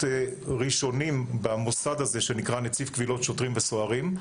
ראשונים במוסד הזה שנקרא נציב קבילות שוטרים וסוהרים.